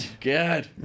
god